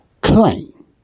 claim